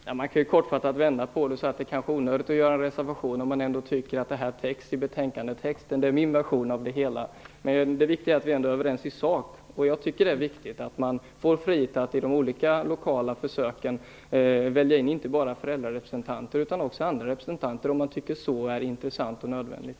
Fru talman! Man kan kortfattat vända på det och säga att det kanske är onödigt att skriva en reservation när man ändå tycker att detta täcks in i texten i betänkandet. Det är min version av det hela. Men det viktiga är att vi ändå är överens i sak, och jag anser att det är viktigt att man får frihet att i de olika lokala försöken välja in inte bara förädrarepresentanter utan också andra representanter om man tycker att det är intressant och nödvändigt.